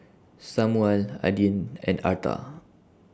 Samual Adin and Arta